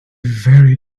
very